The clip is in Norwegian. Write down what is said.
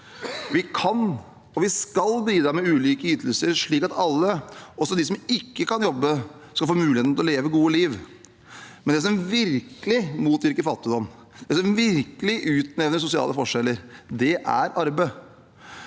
Vi kan, og vi skal, bidra med ulike ytelser slik at alle – også de som ikke kan jobbe – skal få muligheten til å leve et godt liv. Men det som virkelig motvirker fattigdom, det som virkelig utjevner sosiale forskjeller, er arbeid.